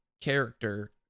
character